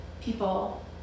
people